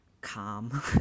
calm